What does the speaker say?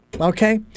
Okay